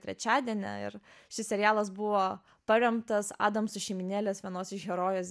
trečiadienį ir šis serialas buvo paremtas adamso šeimynėlės vienos iš herojės